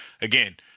again